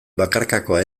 bakarkakoa